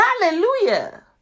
hallelujah